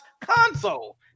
console